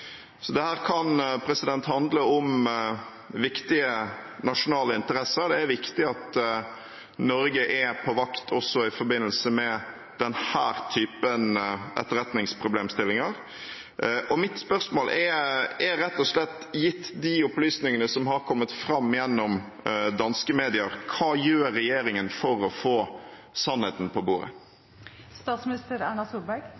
kan handle om viktige nasjonale interesser. Det er viktig at Norge er på vakt også i forbindelse med denne typen etterretningsproblemstillinger. Mitt spørsmål er rett og slett: Gitt de opplysningene som har kommet fram gjennom danske medier, hva gjør regjeringen for å få sannheten på bordet?